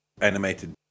animated